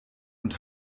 und